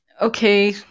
okay